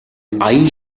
аян